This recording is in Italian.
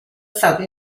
stato